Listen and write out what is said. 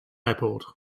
airport